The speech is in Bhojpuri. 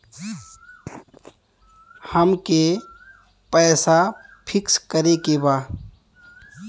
अमके पैसा फिक्स करे के बा?